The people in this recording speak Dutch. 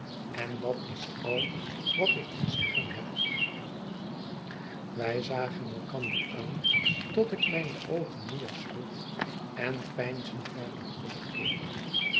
en dat is al wat ik te zeggen heb wij zagen elkander aan tot ik mijne oogen neersloeg en peinzend naar den grond